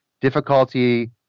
difficulty